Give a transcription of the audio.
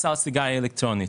אם שמים מס גבוה על סיגריות,